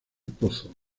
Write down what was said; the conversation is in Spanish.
pozo